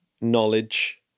knowledge